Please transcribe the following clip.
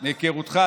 מהיכרותך,